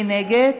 מי נגד?